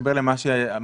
להתחבר אל מה שאמרת